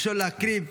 ראשון להקריב,